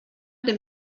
dem